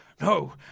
No